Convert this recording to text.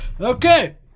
Okay